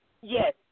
yes